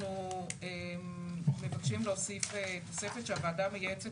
אנחנו מבקשים להוסיף תוספת שהוועדה המייעצת